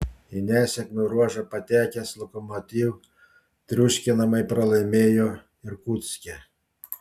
į nesėkmių ruožą patekęs lokomotiv triuškinamai pralaimėjo irkutske